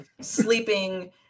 sleeping